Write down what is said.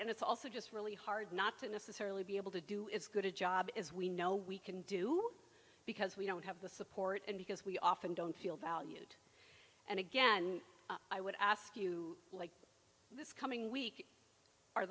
and it's also just really hard not to necessarily be able to do as good a job as we know we can do because we don't have the support and because we often don't feel valued and again i would ask you like this coming week